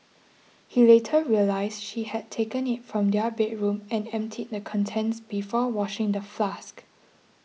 he later realised she had taken it from their bedroom and emptied the contents before washing the flask